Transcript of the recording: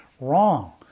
Wrong